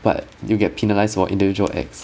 but you'll get penalized for individual acts